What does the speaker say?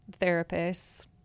therapists